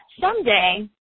someday